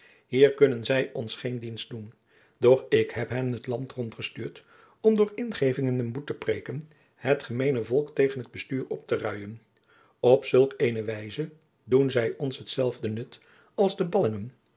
hier kunnen zij ons geen dienst doen doch ik heb hen het land rondgestuurd om door ingevingen jacob van lennep de pleegzoon en boetpreêken het gemeene volk tegen het bestuur op te ruien op zulk eene wijze doen zij ons hetzelfde nut als de ballingen